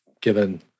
given